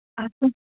आसूं